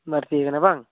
ᱵᱟᱹᱲᱛᱤᱭ ᱠᱟᱱᱟ ᱵᱟᱝ